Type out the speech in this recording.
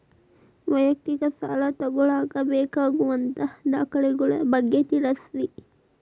ವೈಯಕ್ತಿಕ ಸಾಲ ತಗೋಳಾಕ ಬೇಕಾಗುವಂಥ ದಾಖಲೆಗಳ ಬಗ್ಗೆ ತಿಳಸ್ರಿ